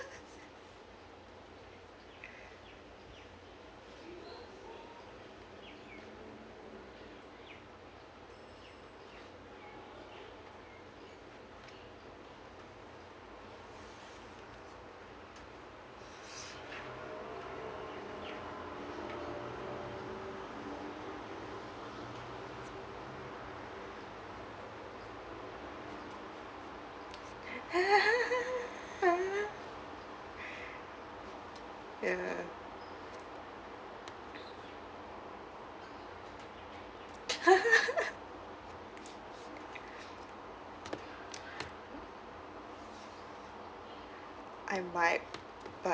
ya I might but